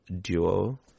duo